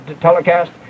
telecast